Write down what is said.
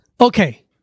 Okay